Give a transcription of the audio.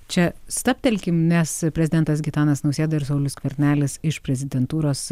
čia stabtelkim nes prezidentas gitanas nausėda ir saulius skvernelis iš prezidentūros